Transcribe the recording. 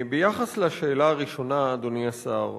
ביחס לשאלה הראשונה, אדוני השר,